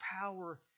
power